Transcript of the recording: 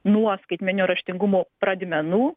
nuo skaitmeninio raštingumo pradmenų